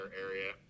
area